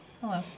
Hello